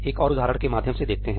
एक और उदाहरण के माध्यम से देखते हैं